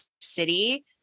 city